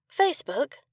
Facebook